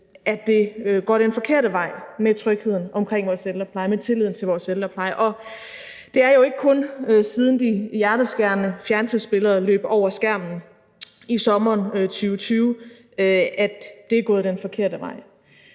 at det går den forkerte vej med trygheden omkring vores ældrepleje, med tilliden til vores ældrepleje. Og det er jo ikke kun, siden de hjerteskærende billeder løb over fjernsynsskærmen i sommeren 2020, at det er gået den forkerte vej.